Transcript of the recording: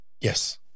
yes